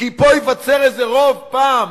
כי פה ייווצר איזה רוב פעם